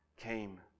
came